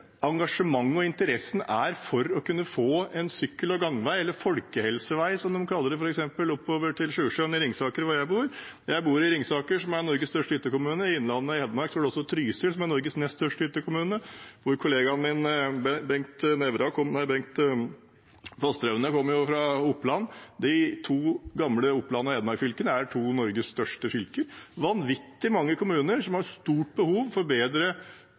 engasjementet og interessen er for å kunne få en sykkel- og gangvei, eller folkehelsevei, som de kaller det, f.eks. oppover til Sjusjøen og Ringsaker, der jeg bor. Jeg bor i Ringsaker, som er Norges største hyttekommune. I Innlandet, i Hedmark, har man også Trysil, som er Norges nest største hyttekommune. Kollegaen min Bengt Fasteraune kommer fra Oppland. De to gamle Oppland- og Hedmark-fylkene er to av Norges største fylker. Det er vanvittig mange kommuner som har stort behov for bedre